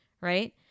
right